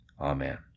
Amen